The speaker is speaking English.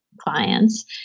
clients